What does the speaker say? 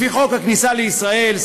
לפי חוק הכניסה לישראל,